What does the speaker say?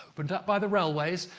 but up by the railways,